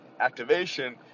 activation